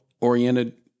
oriented